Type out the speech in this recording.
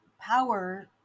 power